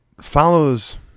follows